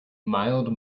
mild